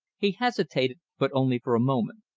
he hesitated, but only for a moment.